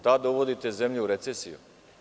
Tada uvodite zemlju u recesiju.